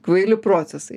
kvaili procesai